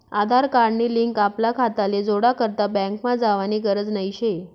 आधार card नी link आपला खाताले जोडा करता बँकमा जावानी गरज नही शे